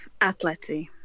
Atleti